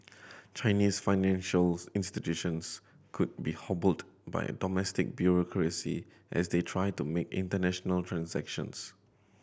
Chinese financials institutions could be hobbled by a domestic bureaucracy as they try to make international transactions